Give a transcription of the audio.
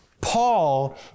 Paul